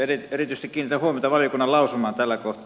erityisesti kiinnitän huomiota valiokunnan lausumaan tällä kohtaa